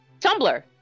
Tumblr